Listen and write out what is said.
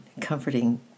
comforting